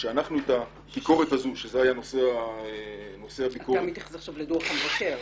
שאת הביקורת הזו של מבקר המדינה --- אתה מתייחס לדוח המבקר,